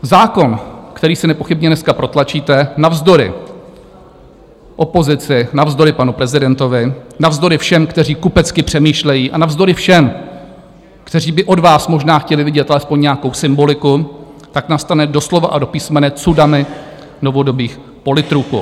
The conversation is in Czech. Zákon, který si nepochybně dneska protlačíte navzdory opozici, navzdory panu prezidentovi, navzdory všem, kteří kupecky přemýšlejí, a navzdory všem, kteří by od vás možná chtěli vidět alespoň nějakou symboliku, tak nastane do slova a do písmene tsunami novodobých politruků.